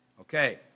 Okay